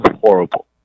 horrible